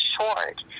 short